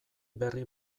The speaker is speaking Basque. berri